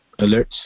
alerts